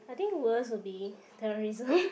I think worst will be terrorism